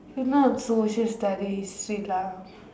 is not social studies see lah